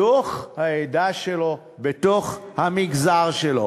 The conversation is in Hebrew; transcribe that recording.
בתוך העדה שלו, בתוך המגזר שלו.